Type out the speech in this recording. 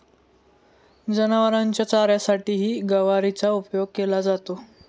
जनावरांच्या चाऱ्यासाठीही गवारीचा उपयोग केला जातो